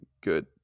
good